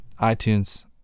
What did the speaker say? iTunes